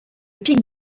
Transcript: pic